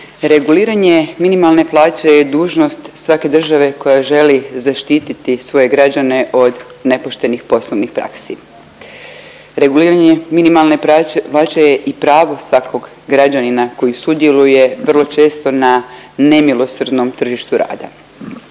reguliranje minimalne plaće je dužnost svake države koja želi zaštititi svoje građane od nepoštenih poslovnih praksi. Reguliranje minimalne plaće je i pravo svakog građanina koji sudjeluje vrlo često na nemilosrdnom tržištu rada.